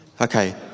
Okay